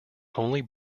only